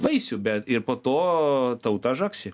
vaisių bet ir po to tauta žagsi